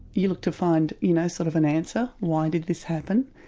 you look to find, you know, sort of an answer, why did this happen?